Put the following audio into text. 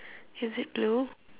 is it blue